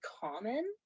common